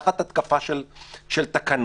תחת התקפה של תקנות,